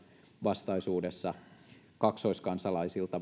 vastaisuudessa kaksoiskansalaisilta